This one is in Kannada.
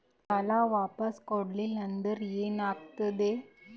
ಸಾಲ ವಾಪಸ್ ಕೊಡಲಿಲ್ಲ ಅಂದ್ರ ಏನ ಆಗ್ತದೆ?